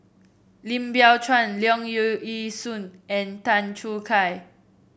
Lim Biow Chuan Leong Yee Soo and Tan Choo Kai